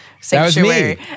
Sanctuary